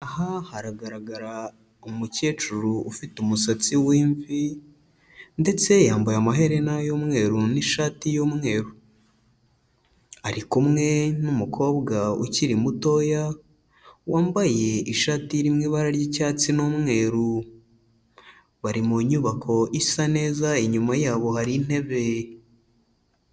Aha haragaragara umukecuru ufite umusatsi w'imvi ndetse yambaye amaherena y'umweru n'ishati y'umweru. Ari kumwe n'umukobwa ukiri mutoya, wambaye ishati irimo ibara ry'icyatsi n'umweru. Bari mu nyubako isa neza, inyuma yabo hari intebe.